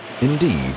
Indeed